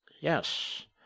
Yes